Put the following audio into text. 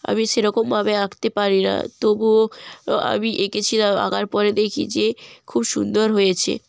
আমি সেরকমভাবে আঁকতে পারি না তবুও ও আমি এঁকেছিলাম আঁকার পরে দেখি যে খুব সুন্দর হয়েছে